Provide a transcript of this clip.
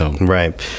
Right